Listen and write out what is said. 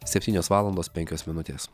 septynios valandos penkios minutės